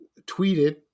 tweeted